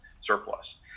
surplus